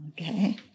Okay